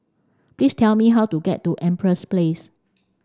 please tell me how to get to Empress Place